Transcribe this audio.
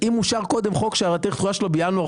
אם אושר קודם חוק שהתחולה שלו בינואר,